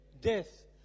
Death